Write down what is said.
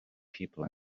people